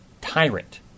tyrant